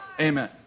Amen